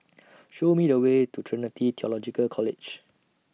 Show Me The Way to Trinity Theological College